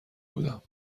بودم